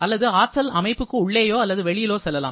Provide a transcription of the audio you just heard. அல்லது ஆற்றல் அமைப்புக்கு உள்ளேயோ அல்லது வெளியிலோ செல்லலாம்